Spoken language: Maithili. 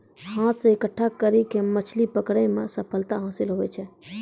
हाथ से इकट्ठा करी के मछली पकड़ै मे सफलता हासिल हुवै छै